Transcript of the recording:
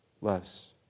less